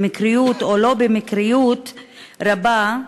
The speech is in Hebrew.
במקריות או לא במקריות רבה,